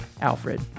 Alfred